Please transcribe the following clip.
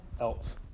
else